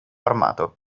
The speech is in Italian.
armato